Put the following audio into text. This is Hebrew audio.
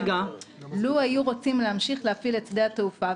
לו היו רוצים להמשיך להפעיל את שדה התעופה,